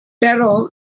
pero